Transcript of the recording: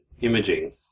Imaging